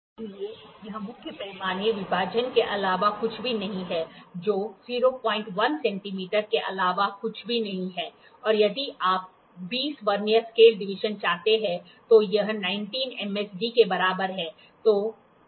इसलिए यह मुख्य पैमाने विभाजन के अलावा कुछ भी नहीं है जो 01 सेंटीमीटर के अलावा कुछ भी नहीं है और यदि आप 20 वर्नियर स्केल डिवीजन चाहते हैं तो यह 19 एमएसडी के बराबर है